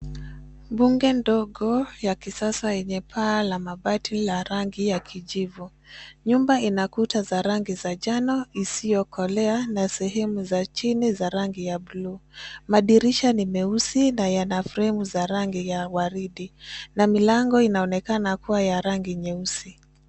Bunge ndogo ya kisasa, yenye paa la mabati la rangi ya kijivu. Nyumba inakuta za rangi za njano isiyokolea na sehemu za chini za rangi ya blue . Madirisha ni meusi na yana fremu za rangi ya waridi na milango inaonekana kuwa ya rangi nyeusi.